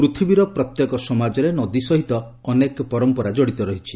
ପୃଥିବୀର ପ୍ରତ୍ୟେକ ସମାଜରେ ନଦୀ ସହିତ ଅନେକ ପରମ୍ପରା କଡିତ ରହିଛି